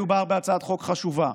מדובר בהצעת חוק חשובה,